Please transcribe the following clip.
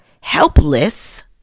helpless